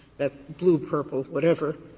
that blue, purple, whatever,